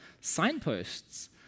signposts